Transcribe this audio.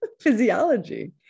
physiology